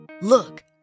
Look